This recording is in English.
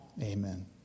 Amen